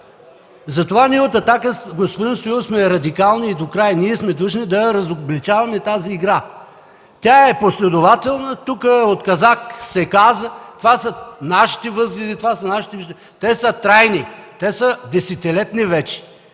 Затова ние от „Атака”, господин Стоилов, сме радикални докрай, ние сме длъжни да разобличаваме тази игра. Тя е последователна. Тук от Казак се каза: това са нашите възгледи, това са нашите виждания – те са трайни, те са десетилетни вече.